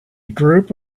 group